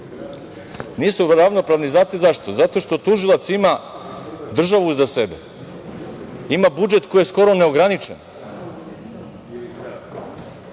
Nisu ravnopravni, znate zašto? Zato što tužilac ima državu za sebe. Ima budžet koji je skoro neograničen